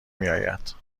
میآید